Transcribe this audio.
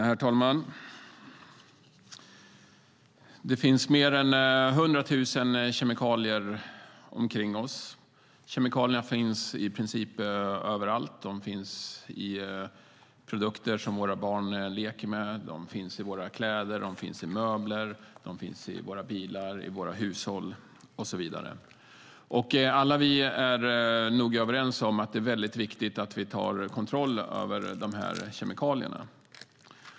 Herr talman! Det finns mer än 100 000 kemikalier omkring oss. Kemikalierna finns i princip överallt. De finns i produkter som våra barn leker med, de finns i våra kläder, i våra möbler, i våra bilar, i våra hushåll och så vidare. Alla vi är nog överens om att det är viktigt att vi tar kontroll över kemikalierna.